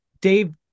Dave